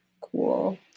Cool